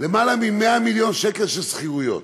למעלה מ-100 מיליון שקל של שכירויות.